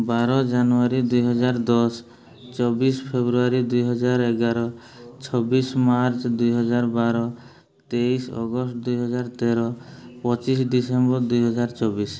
ବାର ଜାନୁଆରୀ ଦୁଇହଜାର ଦଶ ଚବିଶି ଫେବୃଆରୀ ଦୁଇହଜାର ଏଗାର ଛବିଶି ମାର୍ଚ୍ଚ ଦୁଇହଜାର ବାର ତେଇଶି ଅଗଷ୍ଟ ଦୁଇହଜାର ତେର ପଚିଶି ଡିସେମ୍ବର ଦୁଇହଜାର ଚବିଶି